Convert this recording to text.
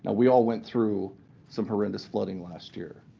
ah we all went through some horrendous flooding last year.